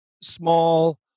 small